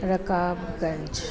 Rakabganj